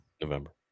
November